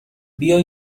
بیا